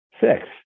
Six